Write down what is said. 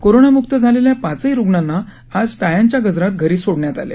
कोरोनामुक्त झालेल्या पाचही रुग्णांना आज टाळयांच्या गजरात घरी सोडण्यात आले